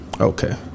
Okay